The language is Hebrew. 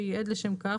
שייעד לשם כך,